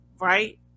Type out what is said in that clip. right